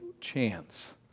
chance